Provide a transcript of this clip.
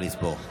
נא לספור.